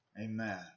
Amen